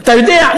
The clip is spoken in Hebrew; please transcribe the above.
אתה יודע?